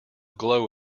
glow